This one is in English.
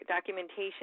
documentation